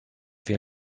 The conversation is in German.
wir